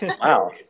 wow